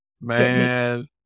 Man